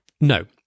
No